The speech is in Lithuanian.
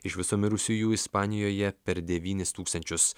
iš viso mirusiųjų ispanijoje per devynis tūkstančius